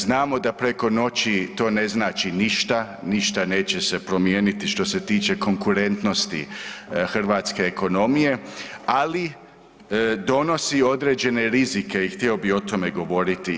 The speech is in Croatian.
Znamo da preko noći to ne znači ništa, ništa neće se promijeniti što tiče se konkurentnosti hrvatske ekonomije, ali donosi određene rizike i htio bi o tome govoriti.